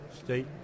State